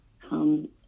come